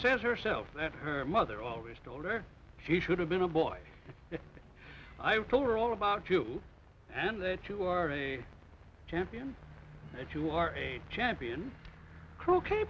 says herself that her mother always told her she should have been a boy i told her all about you and that you are a champion that you are a champion cr